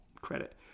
credit